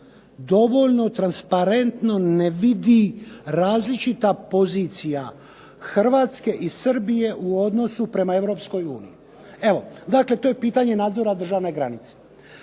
dovoljno transparentno ne vidi različita pozicija Hrvatske i Srbije u odnosu prema Europskoj uniji. Evo, dakle to je pitanje nadzora državne granice.